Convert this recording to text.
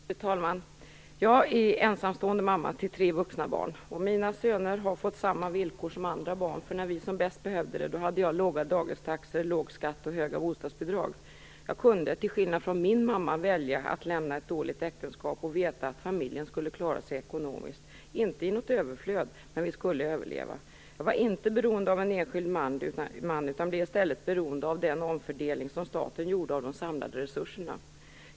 Fru talman! Jag är ensamstående mamma till tre vuxna barn. Mina söner har fått samma villkor som andra barn, för när vi som bäst behövde det hade jag låga dagistaxor, låg skatt och höga bostadsbidrag. Jag kunde, till skillnad från min mamma, välja att lämna ett dåligt äktenskap och veta att familjen skulle klara sig ekonomiskt - inte i något överflöd, men att vi skulle överleva. Jag var inte beroende av en enskild man, utan blev i stället beroende av den omfördelning som staten gjorde av de samlade resurserna.